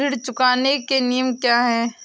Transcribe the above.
ऋण चुकाने के नियम क्या हैं?